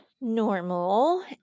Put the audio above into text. normal